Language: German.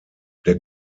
der